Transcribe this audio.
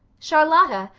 charlotta,